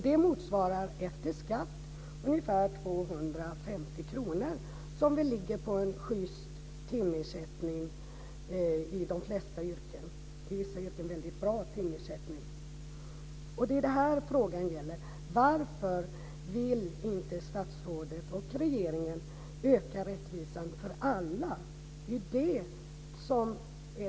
Det motsvarar efter skatt ungefär 250 kr, och det är väl en schyst timersättning i de flesta yrken. I vissa yrken är det en mycket bra timersättning. Det är det här frågan gäller. Varför vill inte statsrådet och regeringen öka rättvisan för alla?